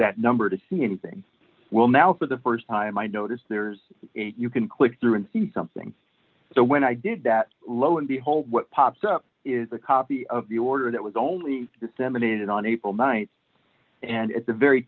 that number to see anything well now for the st time i notice there's a you can click through and see something so when i did that lo and behold what pops up is a copy of the order that was only disseminated on april th and at the very